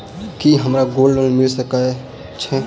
की हमरा gold loan मिल सकैत ये?